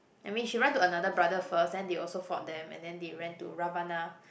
I mean she run to another brother first then they also fought them and then they ran to Ravana